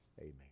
amen